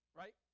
right